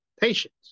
Patience